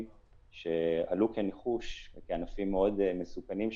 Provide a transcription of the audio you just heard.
שעלו כניחוש כענפים מאוד מסוכנים,